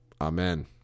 amen